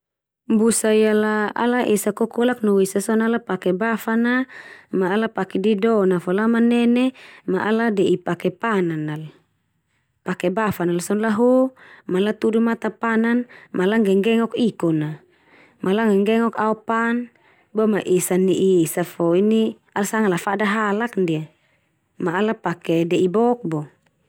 Busa ia la, ala esa kokolak no esa so na ala pake bafan na, ma ala pake didon na fo lamanene, ma ala de'i pake panan al. Pake bafan nal so na laho, ma latudu mata panan, ma langgenggengok ikon al, ma langgenggegok aopan, boma ma esa ne'i esa fo ala sanga lafada halak ndia, ma ala pake de'i bok bo.